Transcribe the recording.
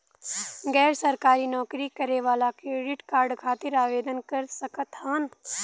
गैर सरकारी नौकरी करें वाला क्रेडिट कार्ड खातिर आवेदन कर सकत हवन?